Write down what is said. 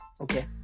Okay